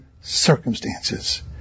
circumstances